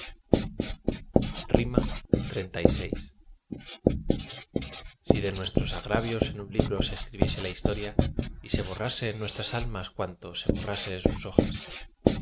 lo pudiste sospechar xxxvi si de nuestros agravios en un libro se escribiese la historia y se borrase en nuestras almas cuanto se borrase en sus hojas